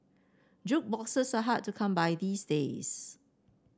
jukeboxes are hard to come by these days